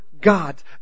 God